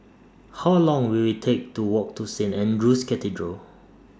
How Long Will IT Take to Walk to Saint Andrew's Cathedral